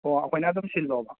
ꯑꯣ ꯑꯩꯈꯣꯏꯅ ꯑꯗꯨꯝ ꯁꯤꯜꯂꯣꯕ